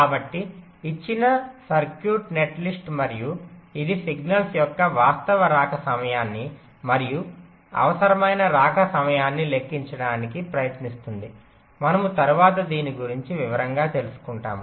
కాబట్టి ఇచ్చిన circuit netlist మరియు ఇది సిగ్నల్స్ యొక్క వాస్తవ రాక సమయాన్ని మరియు అవసరమైన రాక సమయాన్ని లెక్కించడానికి ప్రయత్నిస్తుంది మనము తరువాత దీని గురించి వివరంగా తెలుసుకుంటాము